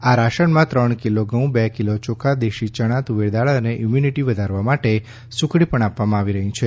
આ રાશનમાં ત્રણ કિલો ઘઉં બે કિલો ચોખા દેશી ચણા તુવેર દાળ અને ઇમ્યુનિટી વધારવામાં આટે સુખડી પણ આપવામાં આવી રહી છે